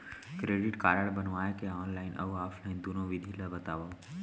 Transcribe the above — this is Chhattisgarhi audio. क्रेडिट कारड बनवाए के ऑनलाइन अऊ ऑफलाइन दुनो विधि ला बतावव?